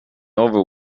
over